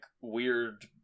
weird